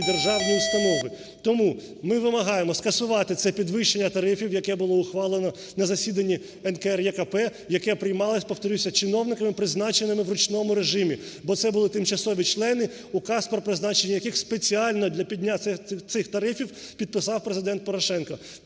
державні установи. Тому ми вимагаємо скасувати це підвищення тарифів, яке було ухвалене на засіданні НКРЕКП, яке приймалось, повторюся, чиновниками, призначеними у ручному режимі, бо це були тимчасові члени, указ про призначення яких спеціально для підняття цих тарифів підписав Президент Порошенко.